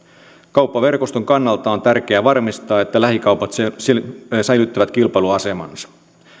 kauppaverkoston kannalta on tärkeä varmistaa että lähikaupat säilyttävät kilpailuasemansa